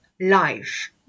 life